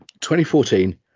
2014